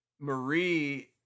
Marie